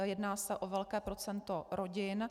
Jedná se o velké procento rodin.